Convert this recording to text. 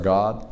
God